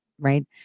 right